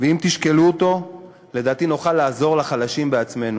ואם תשקלו אותו, לדעתי נוכל לעזור לחלשים בעצמנו: